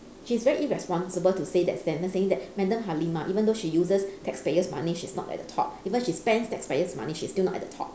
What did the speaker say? she is very irresponsible to say that statement saying that madam halimah even though she uses taxpayer's money she's not at the top even she spends taxpayer's money she's still not at the top